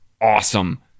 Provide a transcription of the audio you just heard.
awesome